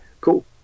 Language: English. Cool